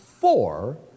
four